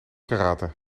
karate